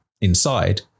inside